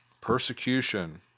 Persecution